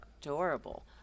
adorable